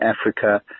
Africa